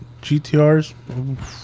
GTRs